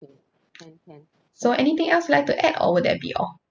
so anything else you like to add or will that be all